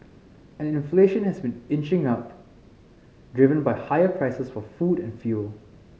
and inflation has been inching up driven by higher prices for food and fuel